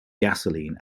gasoline